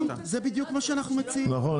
זה בדיוק מה שאנחנו מציעים --- נכון,